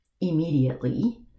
immediately